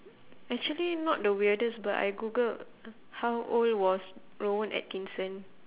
actually not the weirdest but I googled how old was rowan atkinson